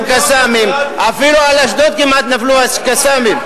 "קסאמים"; אפילו על אשדוד כמעט נפלו "קסאמים".